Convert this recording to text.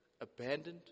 abandoned